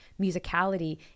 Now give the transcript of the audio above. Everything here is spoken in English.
musicality